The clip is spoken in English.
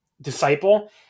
disciple